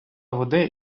води